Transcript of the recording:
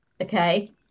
okay